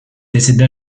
décéda